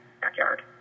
backyard